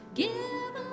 give